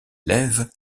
lèvent